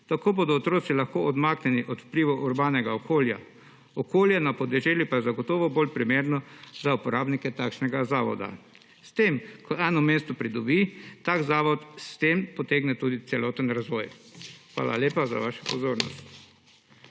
Tako bodo otroci lahko odmaknjeni od vplivov urbanega okolja, okolje na podeželju pa je zagotovo bolj primerno za uporabnike takšnega zavoda. Ko eno mesto pridobi tak zavod, s tem potegne tudi celoten razvoj. Hvala lepa za vašo pozornost.